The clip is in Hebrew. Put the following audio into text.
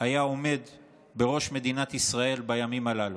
היה עומד בראש מדינת ישראל בימים הללו.